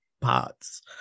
parts